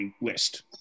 list